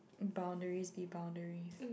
boundaries be boundaries